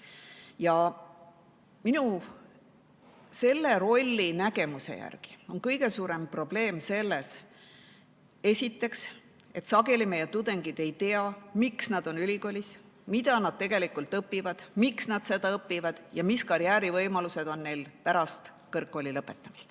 Minu selle rollinägemuse järgi on kõige suurem probleem selles, esiteks, et sageli meie tudengid ei tea, miks nad ülikoolis on, mida nad tegelikult õpivad, miks nad seda õpivad ja mis karjäärivõimalused on neil pärast kõrgkooli lõpetamist.